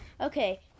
Okay